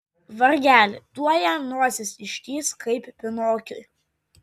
vargeli tuoj jam nosis ištįs kaip pinokiui